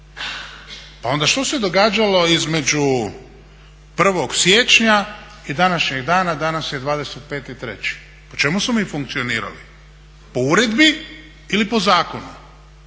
pa onda što se događalo između 1. siječnja i današnjeg dana, a danas je 25.03.? Po čemu smo mi funkcionirali? Po uredbi ili po zakonu?